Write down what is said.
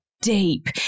deep